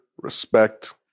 respect